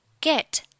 get